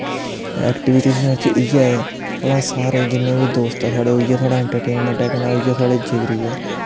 activity च इ'यै ऐ भला सारे जिन्ने बी दोस्त ऐ साढ़े इ'यै साढ़ा इंट्रटेनमैंट ऐ इ'यै साढ़ा जिगरी ऐ